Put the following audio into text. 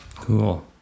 Cool